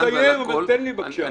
תן לי לסיים בבקשה.